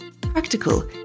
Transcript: practical